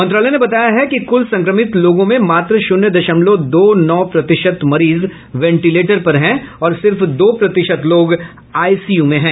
मंत्रालय ने बताया है कि कुल संक्रमित लोगों में मात्र शून्य दशमलव दो नौ प्रतिशत मरीज वेंटिलेंटर पर हैं और सिर्फ दो प्रतिशत लोग आईसीयू में हैं